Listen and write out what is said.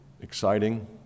exciting